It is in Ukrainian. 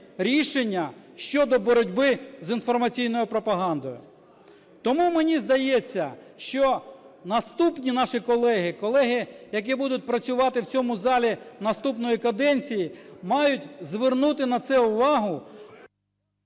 рішення щодо боротьби з інформаційною пропагандою. Тому мені здається, що наступні наші колеги, колеги, які будуть працювати в цьому залі наступної каденції, мають звернути на це увагу…